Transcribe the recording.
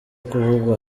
kuvugwa